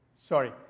Sorry